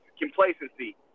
complacency